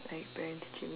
like parent teacher